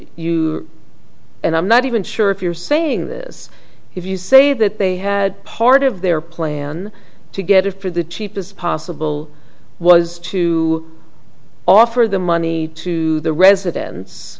you and i'm not even sure if you're saying this if you say that they had part of their plan together for the cheapest possible was to offer the money to the residents